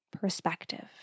perspective